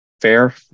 fair